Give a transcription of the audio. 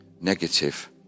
negative